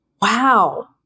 Wow